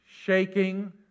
shaking